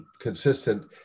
consistent